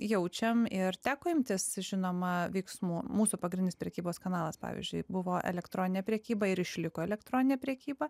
jaučiam ir teko imtis žinoma veiksmų mūsų pagrindinis prekybos kanalas pavyzdžiui buvo elektroninė prekyba ir išliko elektroninė prekyba